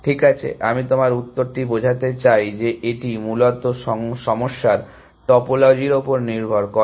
ঠিক আছে আমি তোমার উত্তরটি বোঝাতে চাই যে এটি মূলত সমস্যার টপোলজির উপর নির্ভর করে